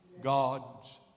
God's